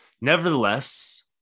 Nevertheless